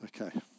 Okay